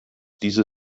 diese